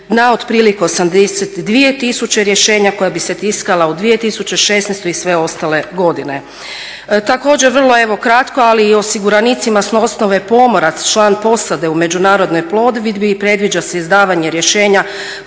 na otprilike 82 000 rješenja koja bi se tiskala u 2016. i sve ostale godine. Također evo vrlo kratko, ali i osiguranicima s osnove pomorac, član posade u međunarodnoj plovidbi predviđa se izdavanje rješenja